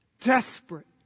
desperate